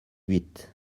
huit